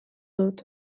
dut